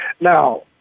Now